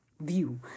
view